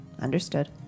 Understood